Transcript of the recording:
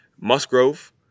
Musgrove